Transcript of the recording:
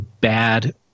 bad